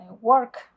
work